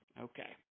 Okay